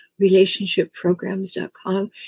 relationshipprograms.com